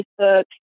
Facebook